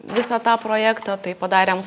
visą tą projektą tai padarėm